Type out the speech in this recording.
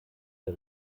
der